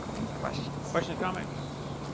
any questions? questions, comments?